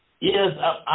Yes